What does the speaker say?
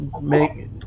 make